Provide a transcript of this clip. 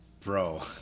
bro